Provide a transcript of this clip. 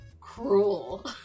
cruel